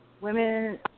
women